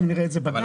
הבנתי.